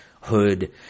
hood